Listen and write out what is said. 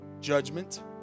judgment